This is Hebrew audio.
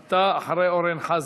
אתה אחרי אורן חזן.